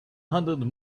hundred